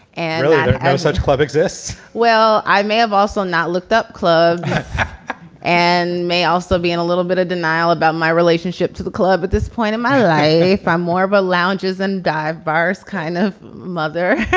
and such club exists. well, i may have also not looked up club and may also be in a little bit of denial about my relationship to the club at this point in my life. i'm more of a lounges and dive bars kind of mother